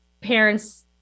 parents